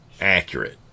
accurate